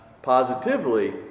Positively